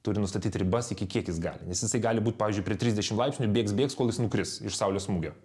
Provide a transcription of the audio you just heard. turi nustatyt ribas iki kiek jis gali nes jisai gali būt pavyzdžiui prie trisdešimt laipsnių bėgs bėgs kol jis nukris iš saulės smūgio